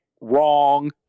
wrong